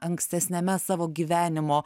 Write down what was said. ankstesniame savo gyvenimo